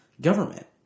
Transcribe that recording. government